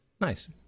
Nice